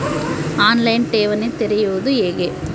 On line ಠೇವಣಿ ತೆರೆಯುವುದು ಹೇಗೆ?